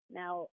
now